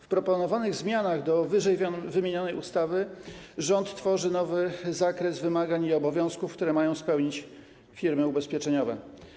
W proponowanych zmianach do ww. ustawy rząd tworzy nowy zakres wymagań i obowiązków, które mają spełnić firmy ubezpieczeniowe.